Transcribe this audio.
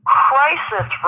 crisis